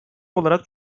olarak